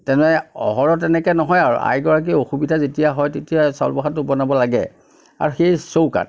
তেনে অহৰহ তেনেকৈ নহয় আৰু আইগৰাকী অসুবিধা যেতিয়া হয় তেতিয়া চাউল প্ৰসাদটো বনাব লাগে আৰু সেই চৌকাত